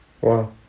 Wow